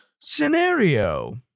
scenario